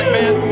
man